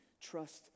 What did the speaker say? trust